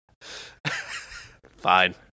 fine